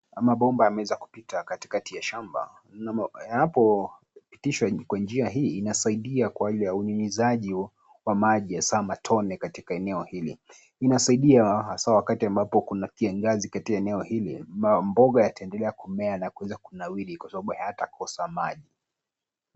Mabomba yameweza kupita katikati ya shamba na yanapopitishwa kwa njia hii, inasaidia kwa ajili ya unyunyiziaji wa maji hasaa matone katika eneo hili. Inasaidia hasaa wakati ambapo kuna kiangazi katika eneo hili. Mamboga yataendelea kumea na kuweza kunawiri kwa sababu hayatakosa maji.